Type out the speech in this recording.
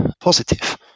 positive